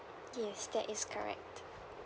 yes that is correct